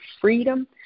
freedom